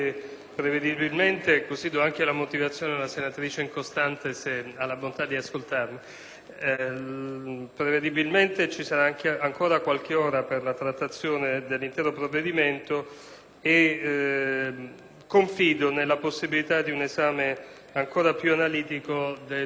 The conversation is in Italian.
ascoltarmi - ci sarà ancora qualche ora per la trattazione dell'intero provvedimento e confido nella possibilità di un esame ancora più analitico del sostegno finanziario che finora non è stato ritenuto congruo ai sensi dell'articolo 81 della Costituzione